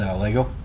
lego?